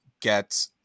get